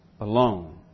alone